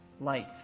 life